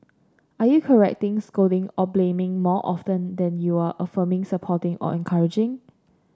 are you correcting scolding or blaming more often than you are affirming supporting or encouraging